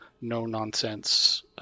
no-nonsense